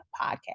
podcast